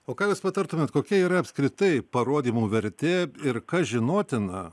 o ką jūs patartumėt kokia yra apskritai parodymų vertė ir kas žinotina